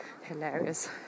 Hilarious